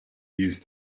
use